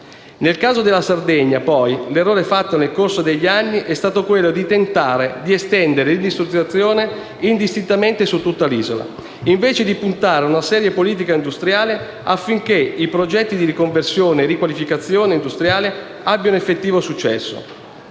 Nel caso della Sardegna, poi, l'errore fatto nel corso degli anni è stato quello di tentare di estendere l'industrializzazione indistintamente su tutta l'isola, invece di puntare a una seria politica industriale affinché i progetti di riconversione e riqualificazione industriale abbiano effettivo successo.